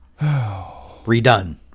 Redone